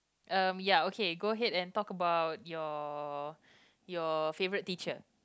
um ya okay go ahead and talk about your your favourite teacher